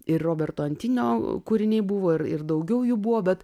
ir roberto antinio kūriniai buvo ir ir daugiau jų buvo bet